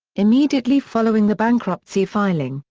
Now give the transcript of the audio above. immediately following the bankruptcy filing,